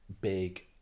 big